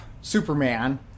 Superman